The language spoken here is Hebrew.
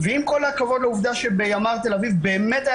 ועם כל הכבוד לעובדה שבימ"ר תל אביב באמת היה